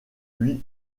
lui